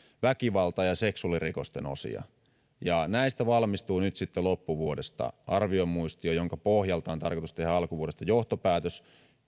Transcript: väkivalta ja seksuaalirikosten osia näistä valmistuu nyt sitten loppuvuodesta arviomuistio jonka pohjalta on tarkoitus tehdä alkuvuodesta johtopäätös